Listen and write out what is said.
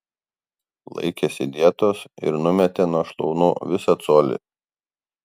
laikėsi dietos ir numetė nuo šlaunų visą colį